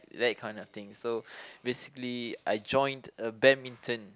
that kind of thing so basically I joined uh badminton